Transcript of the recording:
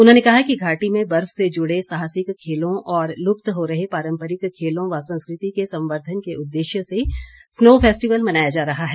उन्होंने कहा कि घाटी में बर्फ से जुड़े साहसिक खेलो और लुप्त हो रहे पारम्परिक खेलो व संस्कृति के संवर्धन के उद्देश्य से स्नो फेस्टिवल मनाया जा रहा है